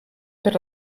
per